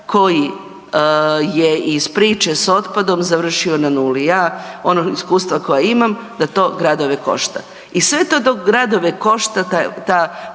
koji je iz priče s otpadom završio na nuli. Ja ona iskustva koja imam da to gradove košte i sve to dok gradove košta ta priča